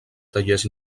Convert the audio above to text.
tallers